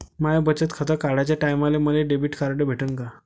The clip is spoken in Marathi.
माय बचत खातं काढाच्या टायमाले मले डेबिट कार्ड भेटन का?